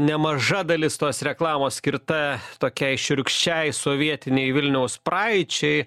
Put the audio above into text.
nemaža dalis tos reklamos skirta tokiai šiurkščiai sovietinei vilniaus praeičiai